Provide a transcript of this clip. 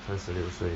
三十六岁